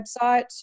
website